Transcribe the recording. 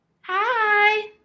Hi